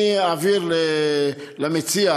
אני אעביר למציע,